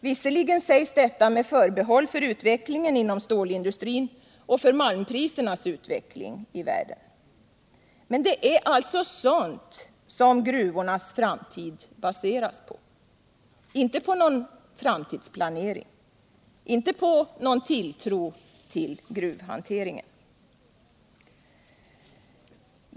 Visserligen sägs detta med förbehåll för utvecklingen inom stålindustrin och för malmprisernas utveckling i världen. Men det är alltså sådant som gruvornas framtid baseras på — inte på någon framtidsplanering, inte på någon tilltro till gruvhanteringen.